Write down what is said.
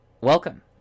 Welcome